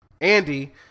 Andy